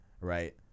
right